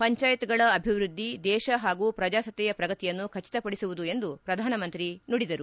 ಪಂಚಾಯತ್ಗಳ ಅಭಿವೃದ್ದಿ ದೇಶ ಹಾಗೂ ಪ್ರಜಾಸತ್ತೆಯ ಪ್ರಗತಿಯನ್ನು ಖಚಿತಪಡಿಸುವುದು ಎಂದು ಪ್ರಧಾನಮಂತ್ರಿ ನುಡಿದರು